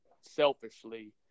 selfishly